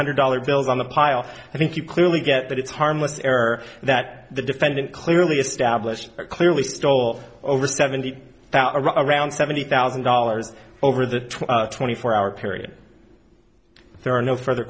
hundred dollar bills on the pile i think you clearly get that it's harmless error that the defendant clearly established clearly stole over seventy now around seventy thousand dollars over the twenty four hour period if there are no further